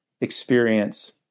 experience